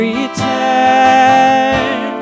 Return